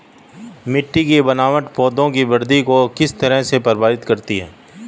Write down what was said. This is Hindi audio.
मिटटी की बनावट पौधों की वृद्धि को किस तरह प्रभावित करती है?